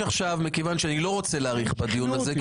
מכיוון שאני לא רוצה להאריך בדיון הזה אני